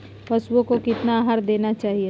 पशुओं को कितना आहार देना चाहि?